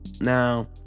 Now